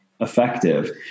effective